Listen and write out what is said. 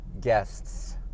guests